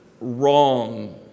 wrong